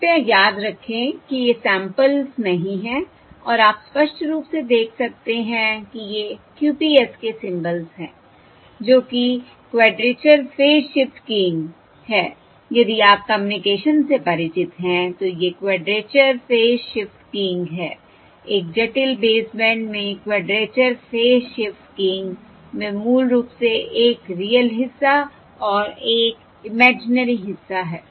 कृपया याद रखें कि ये सैंपल्स नहीं हैं और आप स्पष्ट रूप से देख सकते हैं कि ये QPSK सिंबल्स हैं जो कि क्वैडरेचर फ़ेज़ शिफ्ट कीइंग है यदि आप कम्युनिकेशन से परिचित हैं तो ये क्वैडरेचर फ़ेज़ शिफ्ट कीइंग हैं एक जटिल बेसबैंड में क्वैडरेचर फ़ेज़ शिफ्ट कीइंग में मूल रूप से एक रियल हिस्सा और एक इमेजिनरी हिस्सा है